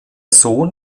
sohn